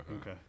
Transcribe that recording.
Okay